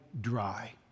dry